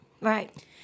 right